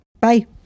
Bye